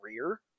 career